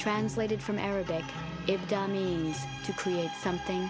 translated from arabic dummies to create something